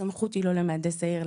הסמכות היא לא למהנדס העיר,